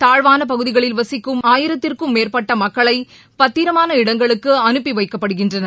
தாழ்வான பகுதிகளில் வசிக்கும் ஆயிரத்திற்கும் மேற்பட்ட மக்கள் பத்திரமான இடங்களுக்கு அனுப்பி வைக்கப்படுகின்றனர்